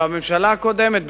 שבממשלה הקודמת,